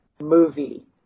movie